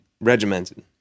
regimented